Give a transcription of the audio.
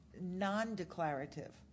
non-declarative